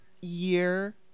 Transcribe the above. year